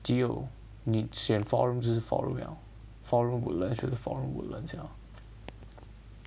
只有你选 four rooms 就是 four room 了 four room Woodlands 选 four room Woodlands 了